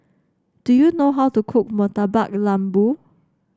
do you know how to cook Murtabak Lembu